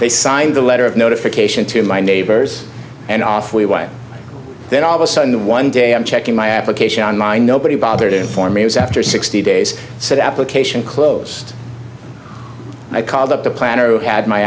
they signed a letter of notification to my neighbors and off we way then all of a sudden one day i'm checking my application on line nobody bothered to inform me was after sixty days said application closed i called up the planner who had my